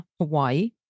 Hawaii